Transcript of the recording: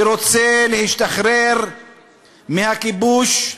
שרוצה להשתחרר מהכיבוש,